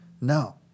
No